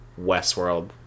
Westworld